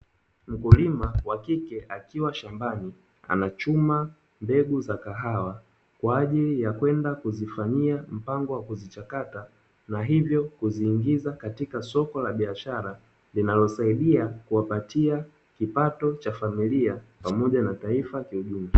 Mkulima wa kike akiwa shambani anachuma mbegu za kahawa, kwa ajili ya kwenda kuzifanyia mpango wa kuzichakata na hivyo kujiuliza katika soko la biashara, linalosaidia kuwapatia kipato cha familia pamoja na taifa kiujumla.